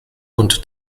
und